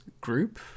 group